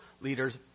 leaders